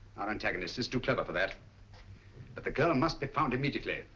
our antagonist is too clever for that but the girl must be found immediately.